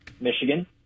Michigan